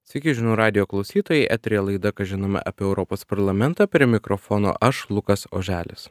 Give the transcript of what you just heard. sveiki žinių radijo klausytojai eteryje laida ką žinome apie europos parlamentą prie mikrofono aš lukas oželis